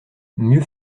mieux